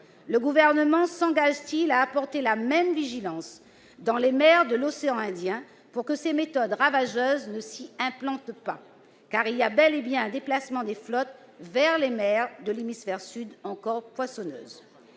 Le Gouvernement s'engage-t-il à faire preuve de la même vigilance dans les eaux de l'océan Indien, pour que ces méthodes ravageuses ne s'y implantent pas ? De fait, il y a bel et bien un déplacement des flottes vers les mers de l'hémisphère sud, encore poissonneuses.